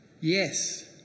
Yes